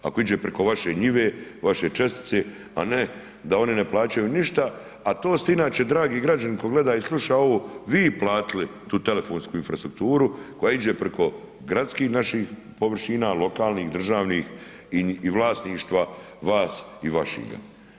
Ako ide preko vaše njive, vaše čestice, a ne da oni ne plaćaju ništa, a to su ti inače, dragi građani, tko gleda i sluša ovo, vi platili tu telefonsku infrastrukturu koja ide preko gradskih naših površina, lokalnih, državnih i vlasništva vas i vašega.